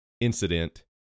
incident